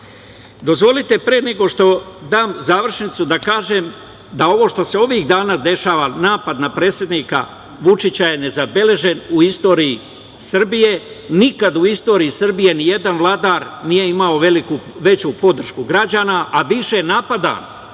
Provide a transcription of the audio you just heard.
poreza. Dozvolite, pre nego što dam završnicu, da kažem da ovo što se ovih dana dešava, napad na predsednika Vučića je nezabeležen u istoriji Srbije. Nikad u istoriji Srbije nijedan vladar nije imao veću podršku građana, a više napada